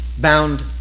bound